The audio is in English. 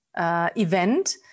Event